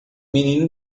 menino